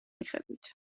მიხედვით